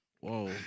Whoa